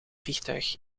vliegtuig